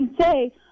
say